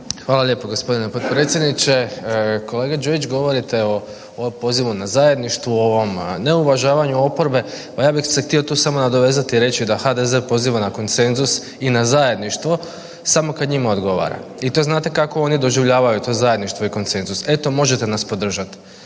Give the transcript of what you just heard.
Hvala lijepo g. potpredsjedniče. Kolega Đujić, govorite o pozivu na zajedništvu, ovom neuvažavanju oporbe, pa ja bih se htio tu samo nadovezati i reći da HDZ poziva na konsenzus i na zajedništvo samo kad njima odgovara. I to znate kako oni doživljavaju to zajedništvo i konsenzus? "Eto možete nas podržati".